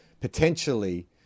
potentially